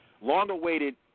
Long-awaited